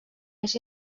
més